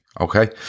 okay